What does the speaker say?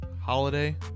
holiday